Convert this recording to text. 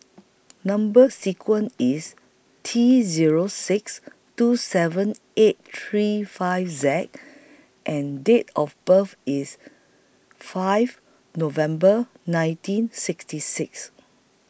Number sequence IS T Zero six two seven eight three five Z and Date of birth IS five November nineteen sixty six